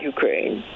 Ukraine